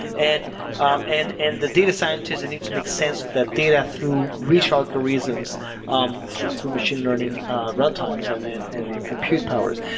and um and and the data scientists and needs to makes sense with that data through rich ah like algorithms um through through machine learning runtimes and and and and compute powers.